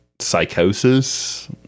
psychosis